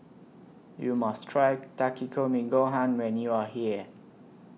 YOU must Try Takikomi Gohan when YOU Are here